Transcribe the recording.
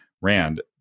Rand